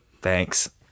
Thanks